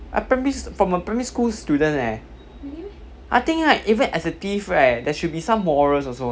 I primary from a primary school student leh I think right even as a thief right there should be some moral also eh